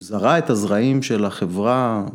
‫זרה את הזרעים של החברה.